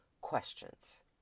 questions